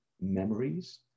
memories